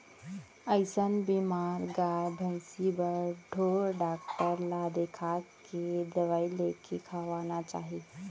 अइसन बेमार गाय भइंसी बर ढोर डॉक्टर ल देखाके दवई लेके खवाना चाही